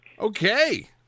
Okay